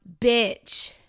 bitch